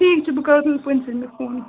ٹھیٖک چھُ بہٕ کرہو تیٚلہِ پٍنٛژٕہمہِ فون